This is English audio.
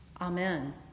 Amen